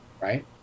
right